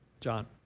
John